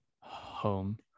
home